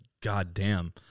goddamn